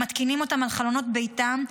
שהם מתקינים על חלונות ביתם,